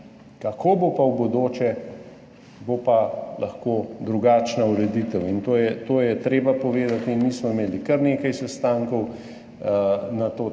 kako bo pa v bodoče, lahko, da bo pa drugačna ureditev, to je treba povedati. Mi smo imeli kar nekaj sestankov na to